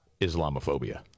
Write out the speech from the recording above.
Islamophobia